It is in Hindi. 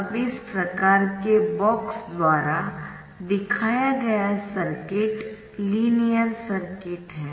अब इस आकार के बॉक्स द्वारा दिखाया गया सर्किट लीनियर सर्किट है